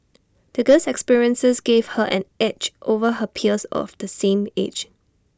the girl's experiences gave her an edge over her peers of the same age